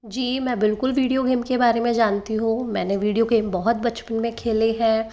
जी मैं बिलकुल video game के बारे में जानती हूँ मैंने वीडियो गेम बहुत बचपन में खेले हैं